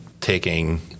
taking